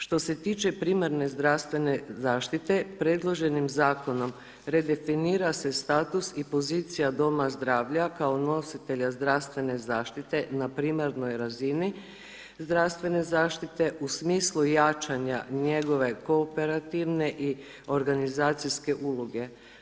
Što se tiče primarne zdravstvene zaštite, predloženim zakonom, redefinira se status i definicija doma zdravlja, kao nositelja zdravstvene zaštite, na primarnoj razini zdravstvene zaštite u smislu jačanje njegove kooperativne i organizacijske uloge.